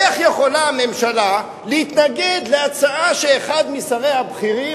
איך יכולה הממשלה להתנגד להצעה שאחד משריה הבכירים,